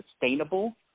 sustainable